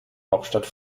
hauptstadt